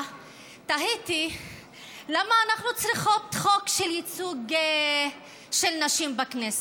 תהיתי למה אנחנו צריכות חוק של ייצוג של נשים בכנסת,